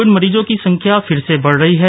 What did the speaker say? Covid मरीजों की संख्या फिर से बढ़ रही है